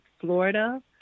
Florida